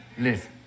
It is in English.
Listen